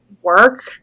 Work